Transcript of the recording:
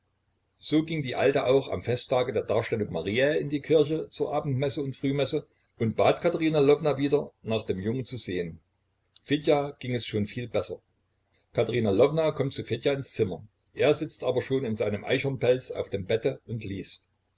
so ging die alte auch am festtage der darstellung mariä in die kirche zur abendmesse und frühmesse und bat katerina lwowna wieder nach dem jungen zu sehen fedja ging es schon viel besser katerina lwowna kommt zu fedja ins zimmer er sitzt aber schon in seinem eichhornpelz auf dem bette und liest